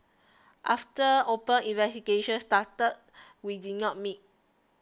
after open investigations started we did not meet